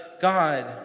God